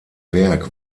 werk